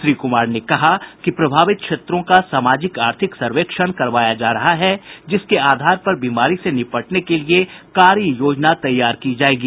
श्री कुमार ने कहा कि प्रभावित क्षेत्रों का सामाजिक आर्थिक सर्वेक्षण करवाया जा रहा है जिसके आधार पर बीमारी से निपटने के लिए कार्य योजना तैयार की जायेगी